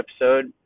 episode